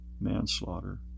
manslaughter